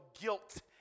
guilt